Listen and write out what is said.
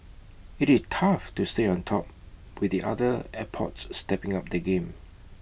IT it tough to stay on top with other airports stepping up their game